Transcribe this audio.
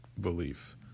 belief